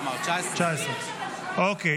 19. אוקיי.